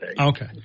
Okay